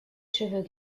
cheveux